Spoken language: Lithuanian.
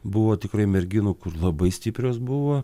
buvo tikrai merginų kur labai stiprios buvo